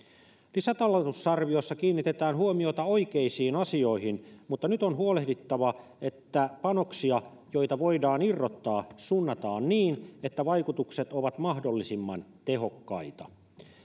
lisätalousarviossa kiinnitetään huomiota oikeisiin asioihin mutta nyt on huolehdittava että panoksia joita voidaan irrottaa suunnataan niin että vaikutukset ovat mahdollisimman tehokkaita